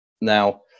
Now